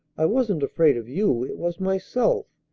i wasn't afraid of you it was myself.